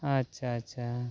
ᱟᱪᱪᱷᱟ ᱟᱪᱪᱷᱟ